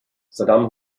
saddam